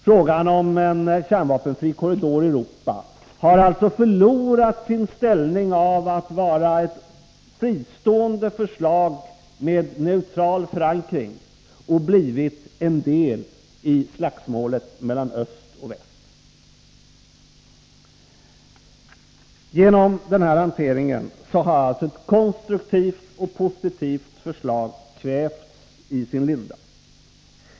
Frågan om en kärnvapenfri korridor i Europa har alltså förlorat sin ställning av att vara ett fristående förslag med neutral förankring och har blivit en del i slagsmålet mellan öst och väst. Genom den här hanteringen har alltså ett konstruktivt och positivt förslag kvävts i sin linda.